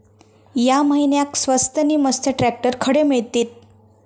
या महिन्याक स्वस्त नी मस्त ट्रॅक्टर खडे मिळतीत?